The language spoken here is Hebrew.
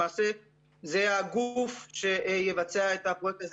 --- זה הגוף שיבצע את הפרויקט הזה